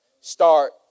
Start